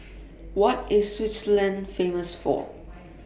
What IS Switzerland Famous For